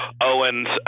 Owens